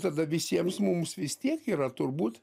tada visiems mums vis tiek yra turbūt